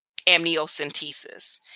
amniocentesis